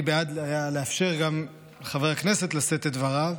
אני בעד לאפשר גם לחבר הכנסת לשאת את דבריו,